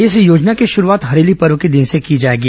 इस योजना की शुरूआत हरेली पर्व के दिन से की जाएगी